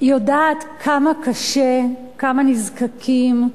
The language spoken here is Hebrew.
יודעת כמה קשה, כמה נזקקים,